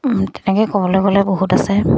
তেনেকৈ ক'বলৈ গ'লে বহুত আছে